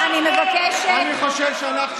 חברי הכנסת, אני חושב שאנחנו היום,